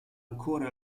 ancora